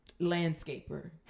landscaper